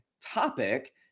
topic